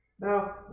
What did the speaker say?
now